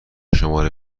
شماره